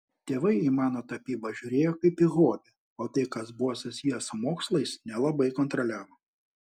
tėvai į mano tapybą žiūrėjo kaip į hobį o tai kas buvo susiję su mokslais nelabai kontroliavo